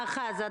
אחז,